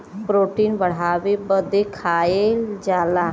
protein बढ़ावे बदे खाएल जाला